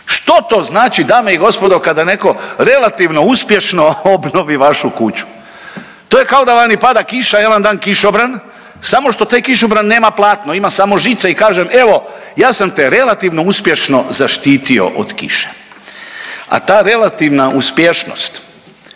Što to znači dame i gospode kada netko relativno uspješno obnovi vašu kuću? To je kao da vani pada kiša i ja vam dam kišobran samo što taj kišobran nema platno, ima samo žice i kažem evo ja sam te relativno zaštitio od kiše. A ta relativna uspješnost